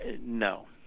No